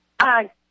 Hi